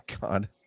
God